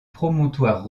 promontoire